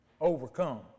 overcome